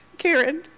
Karen